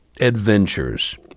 adventures